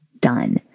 done